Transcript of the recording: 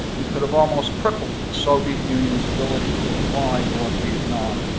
we could have almost crippled the soviet union's ability to supply north vietnam.